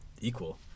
equal